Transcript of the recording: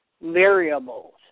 variables